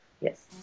Yes